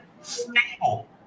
stable